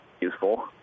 useful